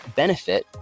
benefit